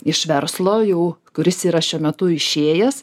iš verslo jau kuris yra šiuo metu išėjęs